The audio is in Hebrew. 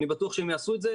אני בטוח שהם יעשו את זה,